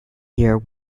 year